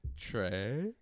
Trey